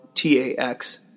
T-A-X